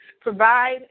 provide